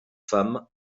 femmes